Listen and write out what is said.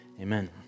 Amen